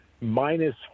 minus